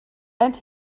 and